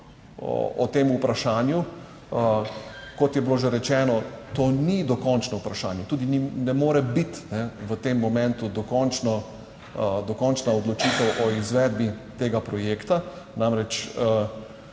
o tem vprašanju. Kot je bilo že rečeno, to ni dokončno vprašanje, tudi ne more biti v tem momentu dokončna odločitev o izvedbi tega projekta.